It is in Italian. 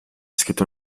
scritto